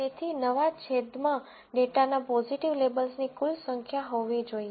તેથી નવા છેદમાં ડેટાનાં પોઝીટિવ લેબલ્સની કુલ સંખ્યા હોવી જોઈએ